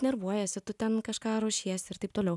nervuojiesi tu ten kažką ruošiesi ir taip toliau